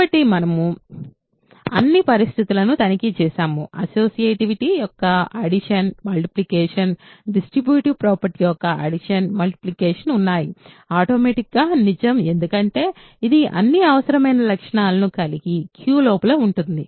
కాబట్టి మనము అన్ని పరిస్తితులను తనిఖీ చేసాము అస్సోసియేటివిటీ యొక్క అడిషన్ మల్టిప్లికేషన్ డిస్ట్రిబ్యూటివ్ ప్రాపర్టీ యొక్క అడిషన్ మల్టిప్లికేషన్ ఉన్నాయి ఆటోమాటిక్ గా నిజం ఎందుకంటే ఇది అన్ని అవసరమైన లక్షణాలను కలిగి Q లోపల ఉంటుంది